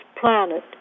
planet